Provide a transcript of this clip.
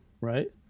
right